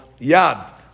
Yad